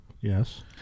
Yes